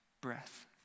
breath